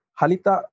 Halita